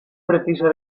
precisa